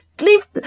leave